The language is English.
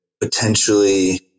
potentially